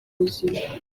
buzima